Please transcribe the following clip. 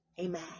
amen